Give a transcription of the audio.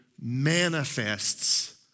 manifests